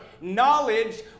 knowledge